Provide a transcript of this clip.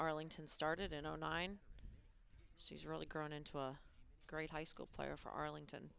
arlington started in zero nine she's really grown into a great high school player for arlington